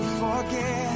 forget